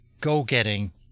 go-getting